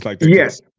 Yes